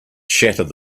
shattered